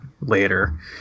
later